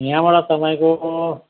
यहाँबाट तपाईँको